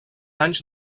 anys